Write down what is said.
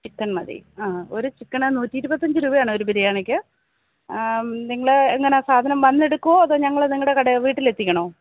chicken മതി ആ ഒരു ചിക്കന് നൂറ്റി ഇരുപത്തിയഞ്ച് രൂപയാണ് ഒരു ബിരിയാണിക്ക് നിങ്ങള് എങ്ങനെയാണ് സാധനം വന്നെടുക്കുമോ അതോ ഞങ്ങള് നിങ്ങളുടെ കടയില് വീട്ടിലെത്തിക്കണോ